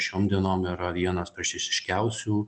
šiom dienom yra vienas prestiziškiausių